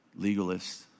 legalists